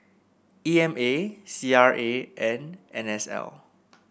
E M A C R A and N S L